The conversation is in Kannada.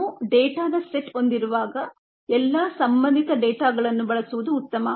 ನಾವು ಡೇಟಾದ ಸೆಟ್ ಹೊಂದಿರುವಾಗ ಎಲ್ಲಾ ಸಂಬಂಧಿತ ಡೇಟಾಗಳನ್ನು ಬಳಸುವುದು ಉತ್ತಮ